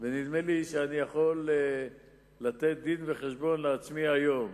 ונדמה לי שאני יכול לתת דין-וחשבון לעצמי היום.